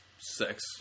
sex